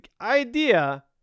idea